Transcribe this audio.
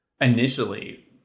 initially